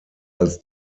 als